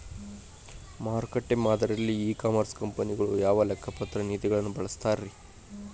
ಮಾರುಕಟ್ಟೆ ಮಾದರಿಯಲ್ಲಿ e commerce ಕಂಪನಿಗಳು ಯಾವ ಲೆಕ್ಕಪತ್ರ ನೇತಿಗಳನ್ನ ಬಳಸುತ್ತಾರಿ?